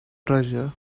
treasure